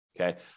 okay